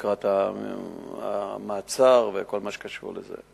לקראת המעצר וכל מה שקשור לזה.